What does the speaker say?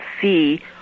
see